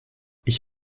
ich